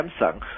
Samsung